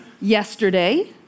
Yesterday